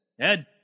Ed